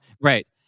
Right